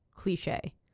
cliche